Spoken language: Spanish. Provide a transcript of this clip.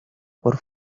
por